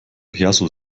perso